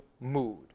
mood